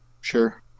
sure